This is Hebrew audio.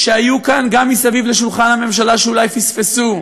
שהיו כאן גם סביב שולחן הממשלה שאולי פספסו: